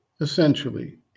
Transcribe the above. Essentially